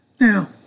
Now